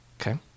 Okay